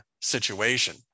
situation